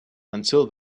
until